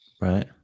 right